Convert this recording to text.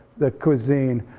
the cuisine,